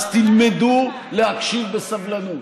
אז תלמדו להקשיב בסבלנות,